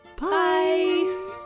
Bye